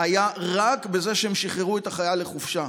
רק בזה שהם שחררו את החייל לחופשה.